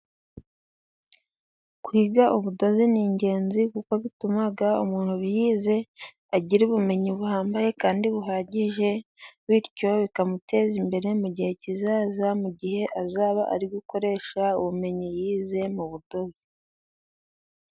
Kwiga ubudozi n'igenzi ,kuko bituma umuntu yize agira ubumenyi buhambaye kandi buhagije, bityo bikamuteza imbere mu gihe kizaza mu gihe azaba ari gukoresha ubumenyi yize mu budozi.